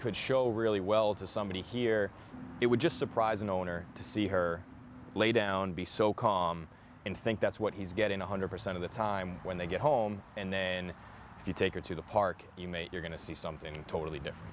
could show really well to somebody here it would just surprise an owner to see her lay down be so calm and think that's what he's getting one hundred percent of the time when they get home and then if you take her to the park you mate you're going to see something totally different